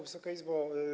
Wysoka Izbo!